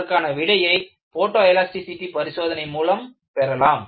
அதற்கான விடையை photoelasticity பரிசோதனை மூலம் பெறலாம்